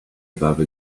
above